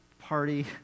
party